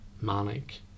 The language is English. manic